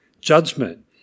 judgment